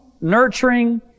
nurturing